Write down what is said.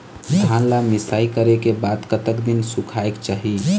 धान ला मिसाई करे के बाद कतक दिन सुखायेक चाही?